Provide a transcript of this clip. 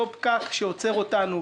אותו פקק שעוצר אותנו,